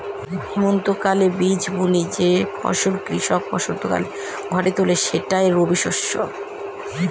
হেমন্তকালে বীজ বুনে যে ফসল কৃষক বসন্তকালে ঘরে তোলে সেটাই রবিশস্য